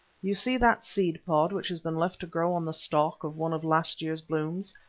you see that seed-pod which has been left to grow on the stalk of one of last year's blooms.